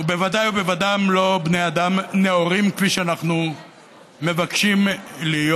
ובוודאי ובוודאי לא בני אדם נאורים כפי שאנחנו מבקשים להיות,